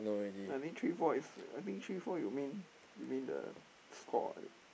I think three four is I think three four you mean you mean the score ah is it